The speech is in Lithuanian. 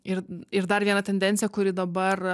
ir ir dar viena tendencija kuri dabar